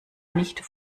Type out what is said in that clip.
nicht